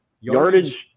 yardage